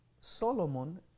Solomon